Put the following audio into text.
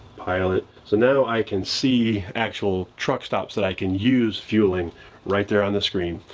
pilot. so now i can see actual truck stops that i can use fueling right there on the screen.